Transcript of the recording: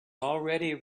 already